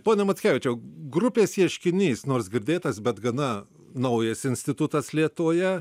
pone mockevičiau grupės ieškinys nors girdėtas bet gana naujas institutas lietuvoje